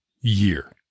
year